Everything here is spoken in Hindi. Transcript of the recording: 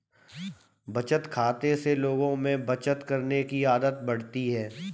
बचत खाते से लोगों में बचत करने की आदत बढ़ती है